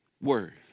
word